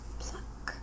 pluck